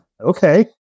okay